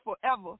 forever